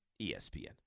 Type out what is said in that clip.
ESPN